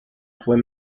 fue